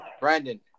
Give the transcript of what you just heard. Brandon